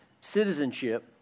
citizenship